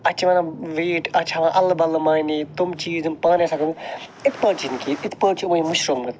اتہ چھ ونان ویٹ اتھ چھ ہاوان اَدلہِ بَدلہٕ معنی تم چیٖز یم پانےآسان گٔمتۍ اِتھ پٲٹھۍ چھ نہٕ کینٛہہ اِتھ پٲٹھۍ چھ وۄنۍ مٔشرومُت